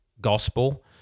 gospel